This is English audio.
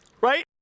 Right